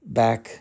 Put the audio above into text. back